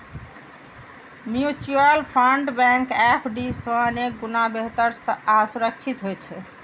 mutual fund bank FD सं अनेक गुणा बेहतर आ सुरक्षित होइ छै